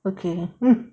okay